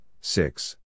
six